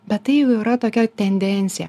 bet tai jau yra tokia tendencija